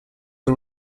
are